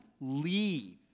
leave